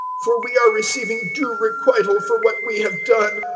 for we are receiving due requital for what we have done.